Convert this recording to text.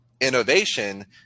innovation